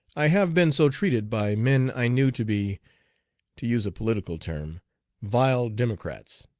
i have been so treated by men i knew to be to use a political term vile democrats.